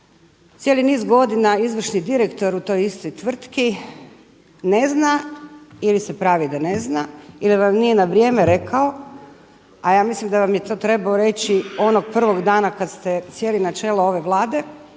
cijeli niz godina izvršni direktor u toj istoj tvrtki ne zna ili se pravi da ne zna ili nije na vrijeme rekao, a ja mislim da vam je to trebao reći onog prvog dana kad ste sjeli na čelo ove Vlade,